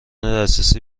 دسترسی